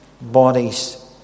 bodies